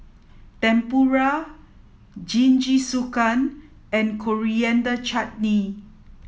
Tempura Jingisukan and Coriander Chutney